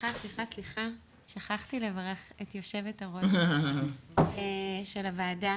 שכחתי לברך את יושבת-הראש של הוועדה.